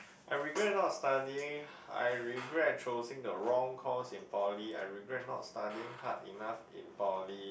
I regret not studying I regret choosing the wrong course in poly I regret not studying hard enough in poly